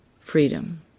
freedom